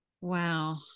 Wow